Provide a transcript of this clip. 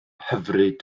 hyfryd